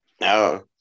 No